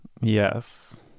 Yes